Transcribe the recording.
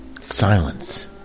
Silence